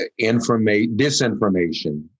disinformation